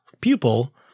pupil